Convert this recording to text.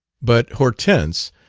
but hortense,